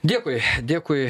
dėkui dėkui